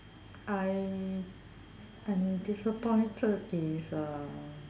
I I'm disappointed is uh